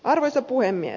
arvoisa puhemies